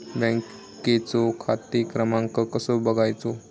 बँकेचो खाते क्रमांक कसो बगायचो?